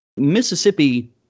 Mississippi